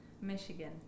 Michigan